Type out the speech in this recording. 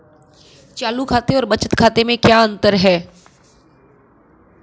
चालू खाते और बचत खाते में क्या अंतर है?